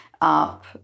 up